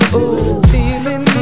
Feeling